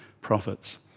prophets